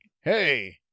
Hey